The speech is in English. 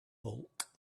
bulk